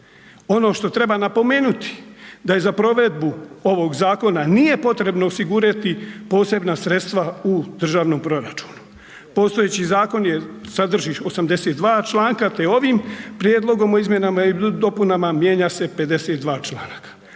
Ono što treba napomenuti da za provedbu ovog zakona nije potrebno osigurati posebna sredstva u državnom proračunu. Postojeći zakon je, sadrži 82 članka te ovim Prijedlogom o izmjenama i dopunama mijenja se 52. članaka.